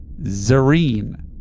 Zareen